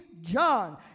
John